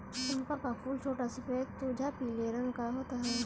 चंपा का फूल छोटा सफेद तुझा पीले रंग का होता है